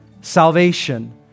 salvation